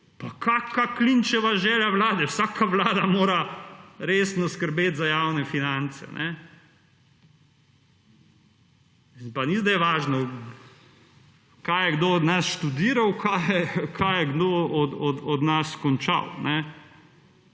Pa kakšna linčeva želja vlade, vsaka vlada mora resno skrbeti za javne finance. Pa ni zdaj važno kaj je kdo od nas študiral, kaj je kdo od nas končal.